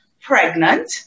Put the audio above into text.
pregnant